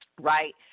right